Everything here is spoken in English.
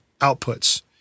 outputs